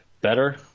better